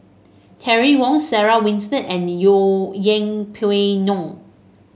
Terry Wong Sarah Winstedt and Yeng Pway Ngon